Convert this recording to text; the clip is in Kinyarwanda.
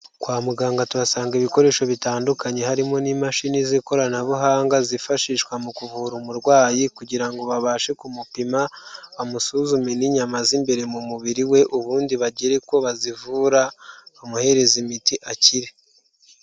kwa muganga tuhasanga ibikoresho bitandukanye harimo n'imashini z'ikoranabuhanga zifashishwa mu kuvura umurwayi kugira ngo babashe kumupima, bamusuzume n'inyama z'imbere mu mubiri we ubundi bagire uko bazivura, bamuhereza imiti akire.